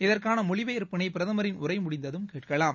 இதற்கான மொழிபெயர்ப்பு பிரதமரின் உரை முடிந்ததும் கேட்கலாம்